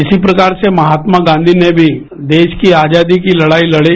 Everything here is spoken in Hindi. इसी प्रकार से महात्मा गांधी ने भी देश की आजादी की लड़ाई लड़ी